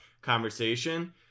conversation